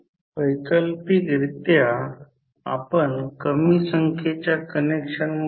तर या प्रकरणात ते 2000 अँपिअर टर्न आहे